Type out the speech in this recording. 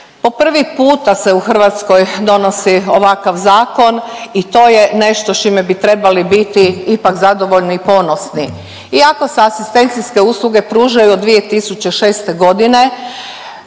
Po prvi puta se u Hrvatskoj donosi ovakav zakon i to je nešto s čime bi trebali biti ipak zadovoljni i ponosni. Iako se asistencijske usluge pružaju od 2006.g.